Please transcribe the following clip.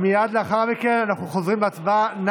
מייד לאחר מכן אנחנו חוזרים להצבעה.